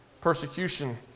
persecution